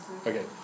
Okay